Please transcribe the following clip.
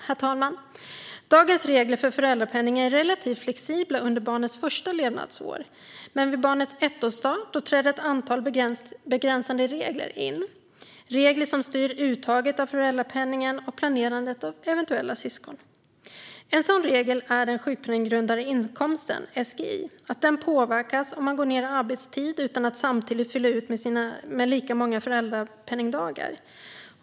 Herr talman! Dagens regler för föräldrapenning är relativt flexibla under barnets första levnadsår. Men vid barnets ettårsdag träder ett antal begränsande regler in, regler som styr uttaget av föräldrapenning och planerandet av eventuella syskon. En sådan regel är att den sjukpenninggrundande inkomsten, SGI, påverkas om man går ned i arbetstid utan att samtidigt fylla ut med lika många föräldrapenningdagar.